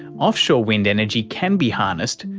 offshore wind energy can be harnessed,